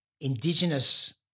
Indigenous